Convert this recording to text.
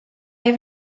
have